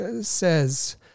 says